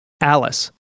Alice